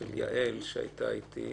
של יעל שהייתה איתי.